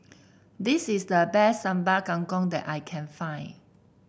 this is the best Sambal Kangkong that I can find